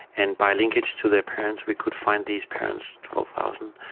and by linkage to their parents we could find these parents, twelve thousand,